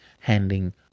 handing